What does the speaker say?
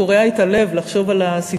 זה קורע את הלב לחשוב על הסיטואציה